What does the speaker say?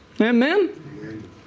Amen